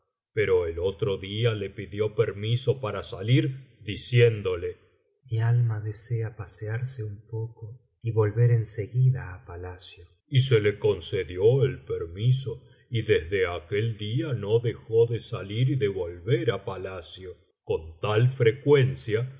pero el otro día le pidió permiso para salir diciénclole mi alma desea pasearse un poco y volver en seguida á palacio y se le concedió el permiso y desde aquel día no dejó de salir y de volver á palacio con tal frecuencia